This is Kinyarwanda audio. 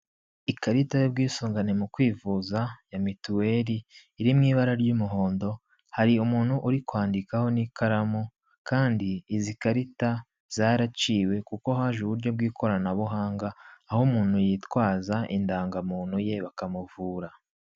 Ikarita y'ubwisungane mu kwivuza ya mituweli iri mu ibara ry'umuhondo, hari umuntu uri kwandikaho n'ikaramu kandi izi karita zaraciwe kuko haje uburyo bw'ikoranabuhanga aho umuntu yitwaza indangamuntu ye bakamuvura.